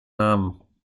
namen